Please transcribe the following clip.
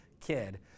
kid